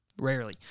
Rarely